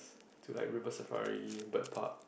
to like River-Safari Bird-Park